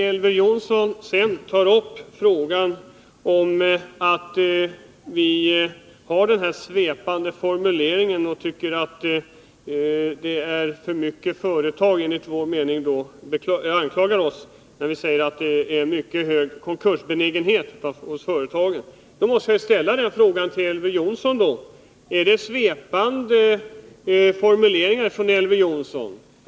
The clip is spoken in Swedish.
Elver Jonsson sade att vi använder svepande formuleringar och anklagade oss för att vi hävdar att det finns en mycket hög konkursbenägenhet hos företagen. Jag måste då ställa frågan till Elver Jonsson: Är detta bara svepande formuleringar från Elver Jonsson?